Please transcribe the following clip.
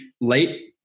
late